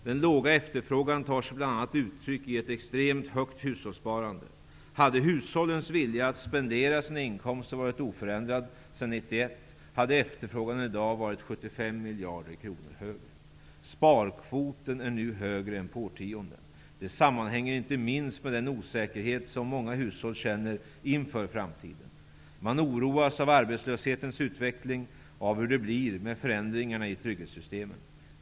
Den låga efterfrågan tar sig bl.a. uttryck i ett extremt högt hushållssparande. Hade hushållens vilja att spendera sina inkomster varit oförändrad sedan 1991 hade efterfrågan i dag varit 75 miljarder kronor högre. Sparkvoten är nu högre än på årtionden. Det sammanhänger inte minst med den osäkerhet som många hushåll känner inför framtiden. Man oroas av arbetslöshetens utveckling och av hur det blir med förändringarna i trygghetssystemen.